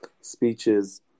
speeches